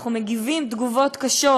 אנחנו מגיבים תגובות קשות.